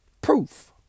proof